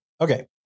okay